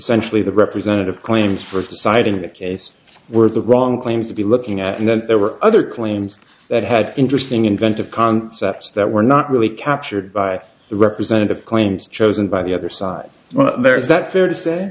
essentially the representative claims for citing the case were the wrong claim to be looking at and then there were other claims that had interesting inventive concepts that were not really captured by the representative claims chosen by the other side there is that fair to say